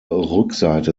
rückseite